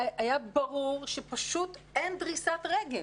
והיה ברור שפשוט אין דריסת רגל